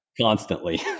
constantly